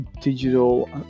digital